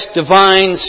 divine